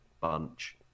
bunch